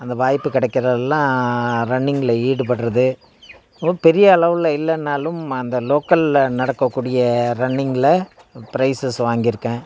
அந்த வாய்ப்பு கிடைக்கிறதெல்லாம் ரன்னிங்கில் ஈடுபடுறது ஓ பெரிய அளவில் இல்லைன்னாலும் அந்த லோக்கலில் நடக்கக்கூடிய ரன்னிங்கில் ப்ரைஸஸ் வாங்கியிருக்கேன்